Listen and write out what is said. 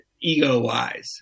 ego-wise